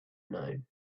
known